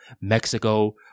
Mexico